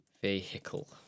vehicle